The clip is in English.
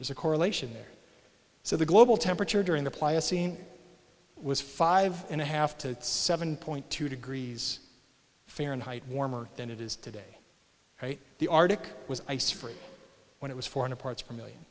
there's a correlation there so the global temperature during the pliocene was five and a half to seven point two degrees fahrenheit warmer than it is today the arctic was ice free when it was four and a parts per million